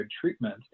treatment